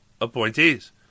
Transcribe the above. appointees